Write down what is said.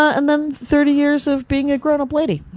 ah and then, thirty years of being a grown-up lady.